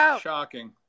Shocking